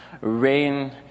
rain